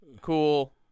cool